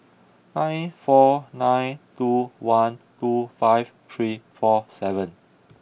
nine four nine two one two five three four seven